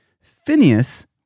Phineas